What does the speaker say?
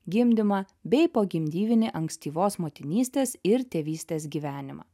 gimdymą bei pogimdyvinį ankstyvos motinystės ir tėvystės gyvenimą